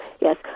yes